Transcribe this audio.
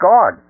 God